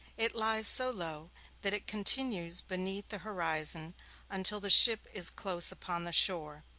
it lies so low that it continues beneath the horizon until the ship is close upon the shore.